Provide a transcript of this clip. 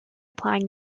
applying